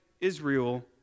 Israel